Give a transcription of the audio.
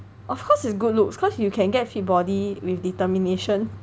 of course it's good looks cause you can get fit body with determination